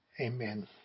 amen